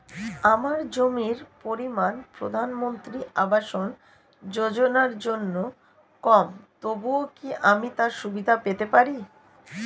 আমার জমির পরিমাণ প্রধানমন্ত্রী আবাস যোজনার জন্য কম তবুও কি আমি তার সুবিধা পেতে পারি?